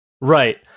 Right